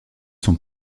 sont